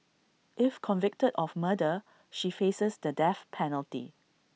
if convicted of murder she faces the death penalty